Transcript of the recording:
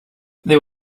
there